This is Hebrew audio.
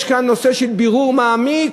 כשיש כאן נושא של בירור מעמיק,